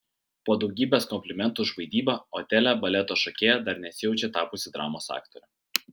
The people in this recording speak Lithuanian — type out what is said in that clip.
po daugybės komplimentų už vaidybą otele baleto šokėja dar nesijaučia tapusi dramos aktore